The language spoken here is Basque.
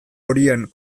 horien